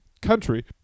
country